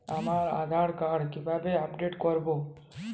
আমার আধার কার্ড কিভাবে আপডেট করব?